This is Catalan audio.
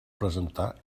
presentar